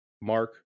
mark